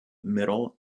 middle